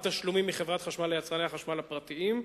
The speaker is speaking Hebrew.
תשלומים מחברת החשמל ליצרני החשמל הפרטיים.